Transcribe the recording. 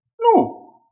No